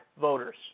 voters